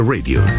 Radio